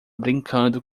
brincando